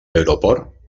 aeroport